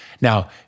Now